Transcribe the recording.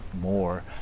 more